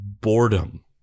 boredom